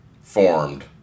formed